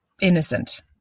innocent